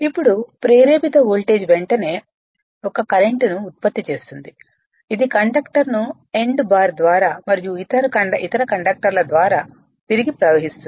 ఇప్పుడు ప్రేరేపిత వోల్టేజ్ వెంటనే ఒక కరెంట్ను ఉత్పత్తి చేస్తుంది ఇది కండక్టర్ ను ఎండ్ బార్ ద్వారా మరియు ఇతర కండక్టర్ల ద్వారా తిరిగి ప్రవహిస్తుంది